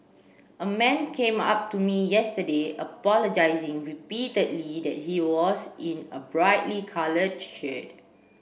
a man came up to me yesterday apologising repeatedly that he was in a brightly coloured shirt